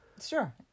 Sure